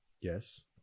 Yes